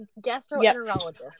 gastroenterologist